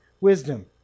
wisdom